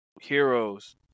heroes